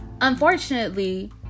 Unfortunately